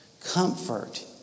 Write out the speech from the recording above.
Comfort